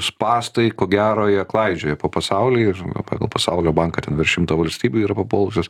spąstai ko gero jie klaidžioja po pasaulį ir pagal pasaulio banką ten virš šimto valstybių yra papuolusios